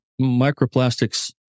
Microplastics